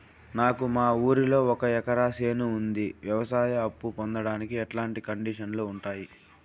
నాకు మా ఊరిలో ఒక ఎకరా చేను ఉంది, వ్యవసాయ అప్ఫు పొందడానికి ఎట్లాంటి కండిషన్లు ఉంటాయి?